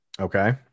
Okay